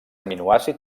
aminoàcid